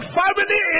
family